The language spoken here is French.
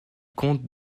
compte